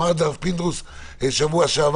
אמר את זה הרב פינדרוס בשבוע שעבר,